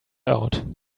out